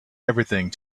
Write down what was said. everything